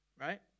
right